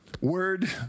word